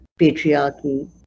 patriarchy